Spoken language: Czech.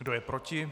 Kdo je proti?